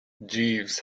jeeves